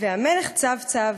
// והמלך צב-צב,